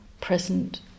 present